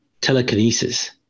telekinesis